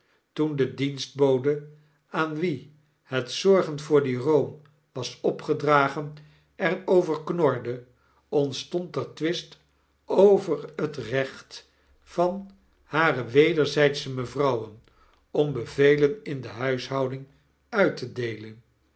toen de dienstbode aan wie het zorfen voor dien room was opgedragen er over norde ontstond er twist over het recht van hare wederzydsche mevrouwen om bevelen in de huishouding uit te deelen